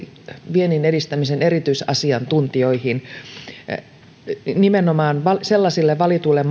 viennin edistämisen erityisasiantuntijoihin nimenomaan sellaisilla valituilla